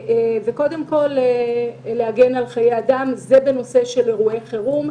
קודם כול להגן על חיי אדם זה בנוגע לאירועי חירום,